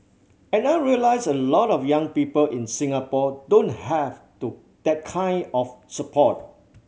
and I realised a lot of young people in Singapore don't have to that kind of support